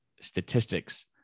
statistics